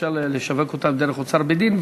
שאפשר לשווק אותם דרך אוצר בית-דין,